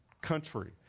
country